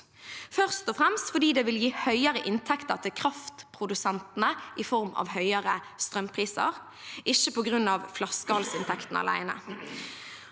først og fremst fordi det vil gi høyere inntekter til kraftprodusentene i form av høyere strømpriser, ikke på grunn av flaskehalsinntektene alene.